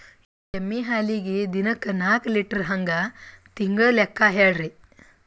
ಎಮ್ಮಿ ಹಾಲಿಗಿ ದಿನಕ್ಕ ನಾಕ ಲೀಟರ್ ಹಂಗ ತಿಂಗಳ ಲೆಕ್ಕ ಹೇಳ್ರಿ?